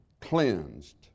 cleansed